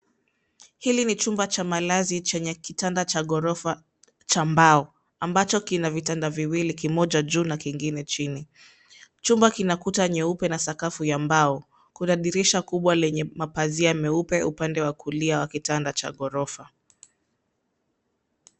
Hili ni chumba cha malazi chenye kitanda cha ghorofa cha mbao ambacho kina vitanda viwili, kimoja juu na kingine chini. Chumba kina kuta nyeupe na sakafu ya mbao. Kuna dirisha kubwa lenye mapazia meupe upande wa kulia wa kitanda cha ghorofa.